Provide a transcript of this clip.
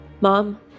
Mom